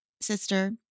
sister